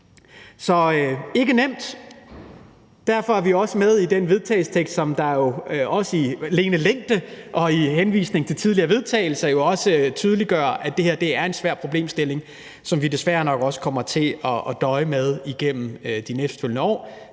er ikke nemt. Derfor er vi også med i den vedtagelsestekst, som jo også henviser til og ligger i forlængelse af tidligere vedtagelsestekster, hvilket tydeliggør, at det her er en svær problemstilling, som vi desværre nok også kommer til at døje med igennem de næstfølgende år.